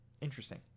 interesting